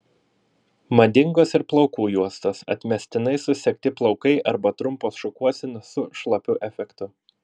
madingos ir plaukų juostos atmestinai susegti plaukai arba trumpos šukuosenos su šlapiu efektu